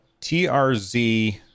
TRZ